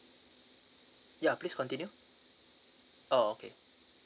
ya please continue oh okay